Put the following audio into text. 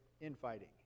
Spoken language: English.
infighting